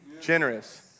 generous